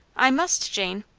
i must, jane.